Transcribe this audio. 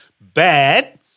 bad